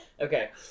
Okay